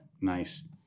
Nice